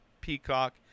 Peacock